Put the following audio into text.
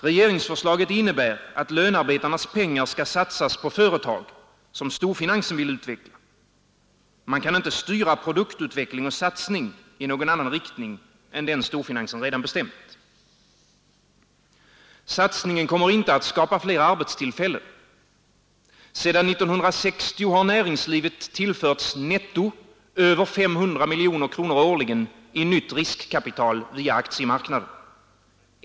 Regeringsförslaget innebär att lönarbetarnas pengar skall satsas på företag som storfinansen vill utveckla. Man kan inte styra produktutveckling och satsning i någon annan riktning än den storfinansen redan bestämt. Satsningen kommer inte att skapa fler arbetstillfällen. Sedan 1960 har näringslivet tillförts netto över 500 miljoner kronor årligen i nytt riskkapital via aktiemarknaden.